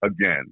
again